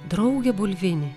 drauge bulvini